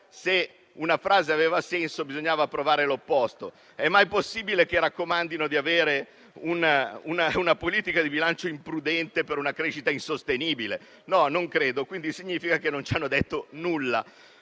se una frase ha senso, bisogna provare l'opposto. È mai possibile che raccomandino di avere una politica di bilancio imprudente per una crescita insostenibile? Non credo, quindi significa che non ci hanno detto nulla.